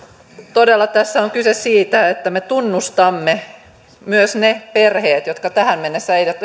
todella tässä on kyse siitä että me tunnustamme myös ne perheet jotka tähän mennessä eivät